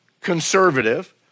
conservative